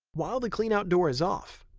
while the cleanout door is off,